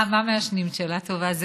אה, מה מעשנים, שאלה טובה.